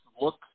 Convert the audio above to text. look